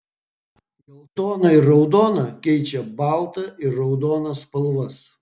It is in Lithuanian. geltona ir raudona keičia baltą ir raudoną spalvas